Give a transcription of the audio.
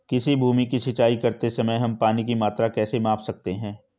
किसी भूमि की सिंचाई करते समय हम पानी की मात्रा कैसे माप सकते हैं?